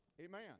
Amen